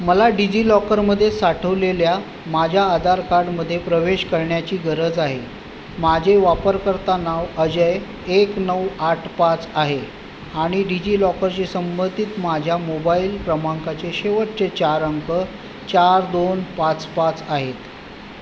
मला डिजिलॉकरमध्ये साठवलेल्या माझ्या आधार कार्डमध्ये प्रवेश करण्याची गरज आहे माझे वापरकर्ता नाव अजय एक नऊ आठ पाच आहे आणि डिजिलॉकरचे संबंधित माझ्या मोबाईल क्रमांकाचे शेवटचे चार अंक चार दोन पाच पाच आहेत